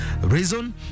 Reason